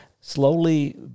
Slowly